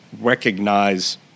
recognize